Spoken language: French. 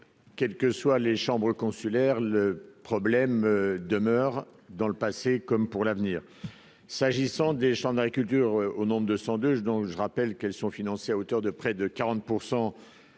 quelles que soient les chambres consulaires, le problème demeure dans le passé, comme pour l'avenir, s'agissant des chambres d'agriculture, au nombre de 102 donc je rappelle qu'elles sont financées à hauteur de près de 40